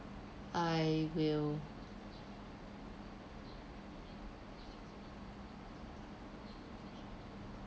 I will